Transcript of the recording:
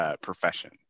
profession